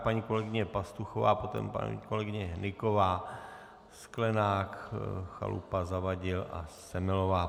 Paní kolegyně Pastuchová, potom paní kolegyně Hnyková, Sklenák, Chalupa, Zavadil a Semelová.